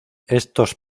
estos